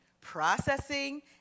processing